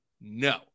No